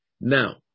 now